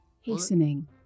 Hastening